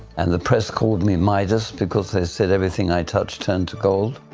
and the press called me midas because they said everything i touched turned to gold.